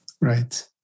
Right